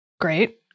Great